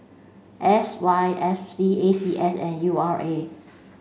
S Y F C A C S and U R A